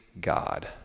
God